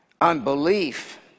Unbelief